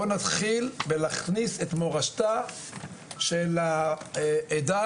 בואו נתחיל בלהכניס את מורשתה של העדה